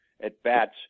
at-bats